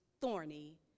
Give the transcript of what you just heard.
thorny